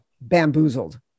bamboozled